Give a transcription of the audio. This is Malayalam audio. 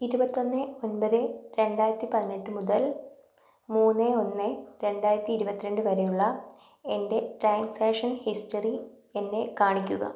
ഇരുപത്തി ഒന്ന് ഒമ്പത് രണ്ടായിരത്തി പതിനെട്ട് മുതൽ മൂന്ന് ഒന്ന് രണ്ടായിരത്തി ഇരുപത്തി രണ്ട് വരെയുള്ള എൻ്റെ ട്രാൻസാക്ഷൻ ഹിസ്റ്ററി എന്നെ കാണിക്കുക